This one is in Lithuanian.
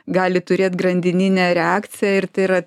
gali turėt grandininę reakciją ir tai yra